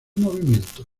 movimientos